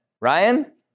Ryan